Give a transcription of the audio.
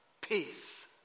Peace